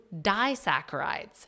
disaccharides